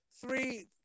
three –